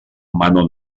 mano